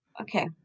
Okay